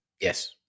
Yes